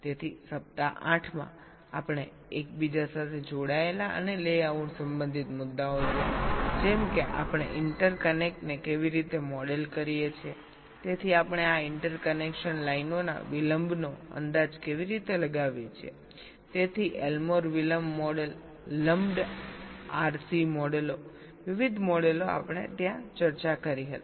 તેથી સપ્તાહ 8 માં આપણે એકબીજા સાથે જોડાયેલા અને લેઆઉટ સંબંધિત મુદ્દાઓ જોયા જેમ કે આપણે ઇન્ટરકનેક્ટને કેવી રીતે મોડેલ કરીએ છીએ તેથી આપણે આ ઇન્ટરકનેક્શન લાઇનોના વિલંબનો અંદાજ કેવી રીતે લગાવીએ છીએ તેથી એલ્મોર વિલંબ મોડેલ લમ્પ્ડ આરસી મોડેલો વિવિધ મોડેલો આપણે ત્યાં ચર્ચા કરી હતી